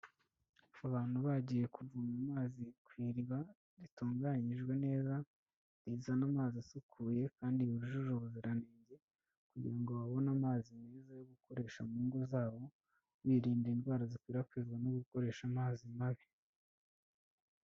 Abantu bagiye kuvoma amazi ku iriba ritunganyijwe neza, rizana amazi asukuye kandi yujuje ubuziranenge kugira ngo babone amazi meza yo gukoresha mu ngo zabo, birinda indwara zikwirakwizwa no gukoresha amazi mabi.